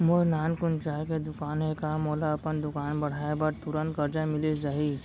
मोर नानकुन चाय के दुकान हे का मोला अपन दुकान बढ़ाये बर तुरंत करजा मिलिस जाही?